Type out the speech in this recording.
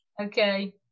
okay